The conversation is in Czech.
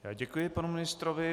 Já děkuji panu ministrovi.